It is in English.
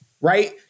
right